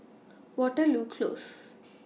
Waterloo Close